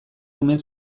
omen